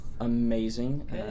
amazing